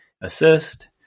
assist